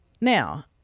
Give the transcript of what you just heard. Now